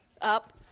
Up